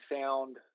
sound